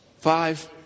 Five